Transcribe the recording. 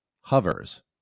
hovers